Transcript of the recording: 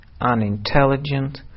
unintelligent